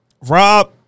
Rob